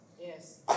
Yes